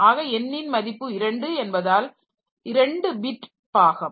ஆக n ன் மதிப்பு இரண்டு என்பதால் 2 பிட் பாகம்